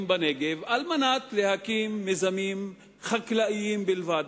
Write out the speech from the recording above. בנגב על מנת להקים מיזמים חקלאיים בלבד: